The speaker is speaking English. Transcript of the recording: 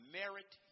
merit